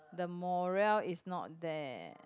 the moral is not there